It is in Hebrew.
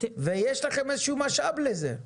ויש לכם איזשהו משאב לזה.